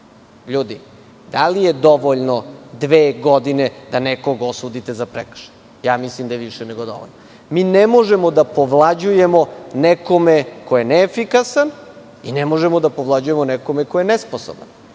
da li je dovoljno dve godine da nekoga osudite za prekršaj? Mislim da je više nego dovoljno. Mi ne možemo da povlađujemo nekome ko je neefikasan i ne možemo da povlađujemo nekome ko je nesposoban.